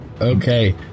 Okay